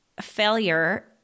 failure